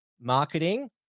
marketing